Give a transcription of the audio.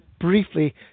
briefly